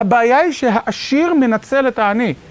הבעיה היא שהעשיר מנצל את העני.